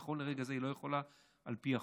נכון לרגע זה, היא לא יכולה על פי החוק.